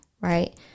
right